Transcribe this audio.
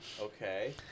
Okay